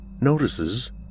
notices